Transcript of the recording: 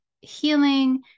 healing